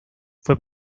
fue